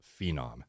phenom